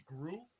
grew